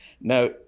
Now